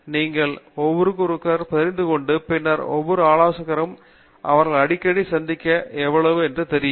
நீங்கள் ஒருவருக்கொருவர் தெரிந்துகொண்டு பின்னர் ஒவ்வொரு ஆலோசகரும் அவர்கள் அடிக்கடி சந்திக்க எவ்வளவு என்று தெரியும்